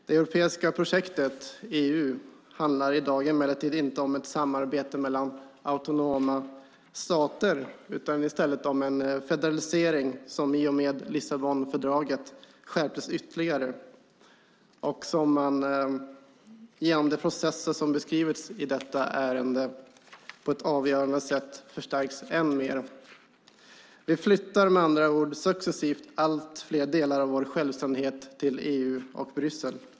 Det europeiska projektet, EU, handlar i dag emellertid inte om ett samarbete mellan autonoma stater utan i stället om en federalisering som i och med Lissabonfördraget skärptes ytterligare och som, genom de processer som beskrivits i detta ärende, på ett avgörande sätt förstärks än mer. Vi flyttar med andra ord successivt allt fler delar av vår självständighet till EU och Bryssel.